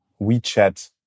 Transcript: WeChat